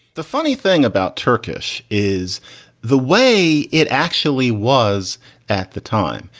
the funny thing about turkish is the way it actually was at the time,